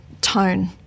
tone